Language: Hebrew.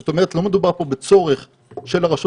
זאת אומרת שלא מדובר פה בצורך של הרשות